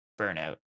Burnout